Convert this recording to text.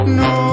no